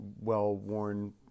well-worn